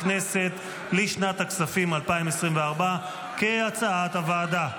הכנסת, לשנת הכספים 2024, כהצעת הוועדה.